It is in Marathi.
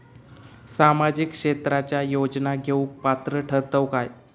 सामाजिक क्षेत्राच्या योजना घेवुक पात्र ठरतव काय?